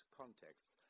contexts